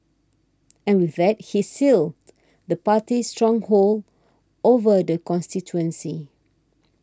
and with that he sealed the Party's stronghold over the constituency